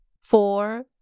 four